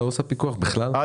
היא בכלל לא עושה פיקוח?